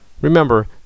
Remember